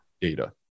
data